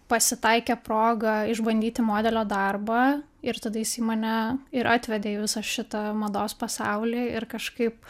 pasitaikė proga išbandyti modelio darbą ir tada jisai mane ir atvedė į visą šitą mados pasaulį ir kažkaip